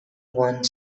one